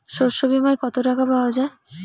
শস্য বিমায় কত টাকা পাওয়া যায়?